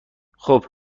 خوب